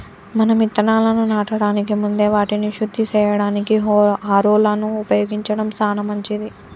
మనం ఇత్తనాలను నాటడానికి ముందే వాటిని శుద్ది సేయడానికి హారొలను ఉపయోగించడం సాన మంచిది